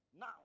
Now